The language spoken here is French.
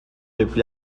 depuis